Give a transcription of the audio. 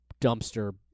dumpster